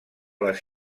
les